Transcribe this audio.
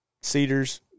cedars